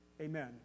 Amen